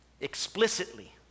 Explicitly